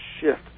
shift